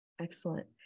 Excellent